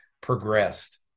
progressed